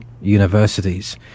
universities